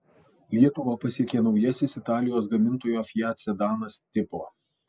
lietuvą pasiekė naujasis italijos gamintojo fiat sedanas tipo